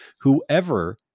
Whoever